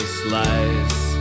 slice